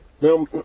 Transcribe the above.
Now